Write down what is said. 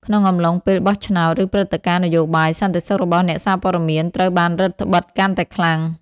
ក្នុងអំឡុងពេលបោះឆ្នោត ឬព្រឹត្តិការណ៍នយោបាយ សន្តិសុខរបស់អ្នកសារព័ត៌មានត្រូវបានរឹតត្បិតកាន់តែខ្លាំង។